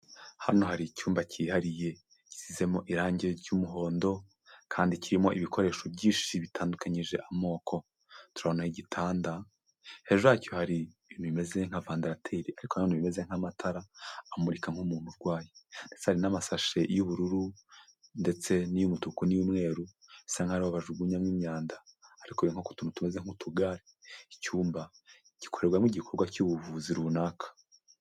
Hano hari icyumba cyihariye, gisizemo irangi ry'umuhondo, kandi kirimo ibikoresho byinshi bitandukanyije amoko, turabonamo igitanda, hejuru yacyo hari ibintu bimeze nka vandarateri ariko nanone bimeze nk'amatara amurika nk'umuntu urwaye, ndetse hari n'amasashe y'ubururu, ndetse n'iy'umutuku n'iy'umweru, bisa nk'aho ariho bajugunyamo imyanda ariko biri nko ku tuntu tumeze nk'utugare, icyumba gikorerwamo igikorwa cy'ubuvuzi runaka.